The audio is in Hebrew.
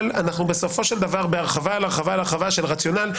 אבל בסופו של דבר אנחנו בהרחבה על הרחבה על הרחבה של רציונל.